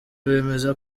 bemeza